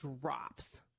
drops